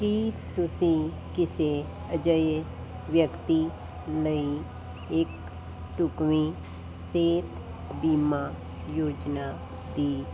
ਕੀ ਤੁਸੀਂ ਕਿਸੇ ਅਜਿਹੇ ਵਿਅਕਤੀ ਲਈ ਇੱਕ ਢੁਕਵੀਂ ਸਿਹਤ ਬੀਮਾ ਯੋਜਨਾ ਦੀ